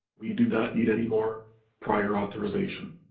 we do not need any more prior authorization.